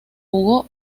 jugó